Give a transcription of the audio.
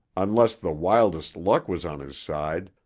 unless the wildest luck was on his side,